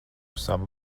sava